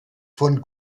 von